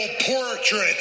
portrait